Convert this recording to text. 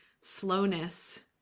slowness